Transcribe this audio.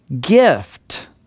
gift